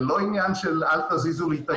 זה לא עניין של: אל תזיזו לי את הגבינה.